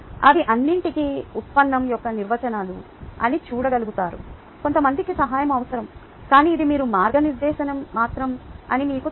అవి అన్నింటికీ ఉత్పన్నం యొక్క నిర్వచనాలు అని చూడగలుగుతారు కొంతమందికి సహాయం అవసరం కానీ ఇది మీరు మార్గనిర్దేశనం మాత్రమే అని మీకు తెలుసు